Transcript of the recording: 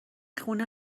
خونه